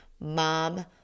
Mom